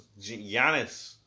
Giannis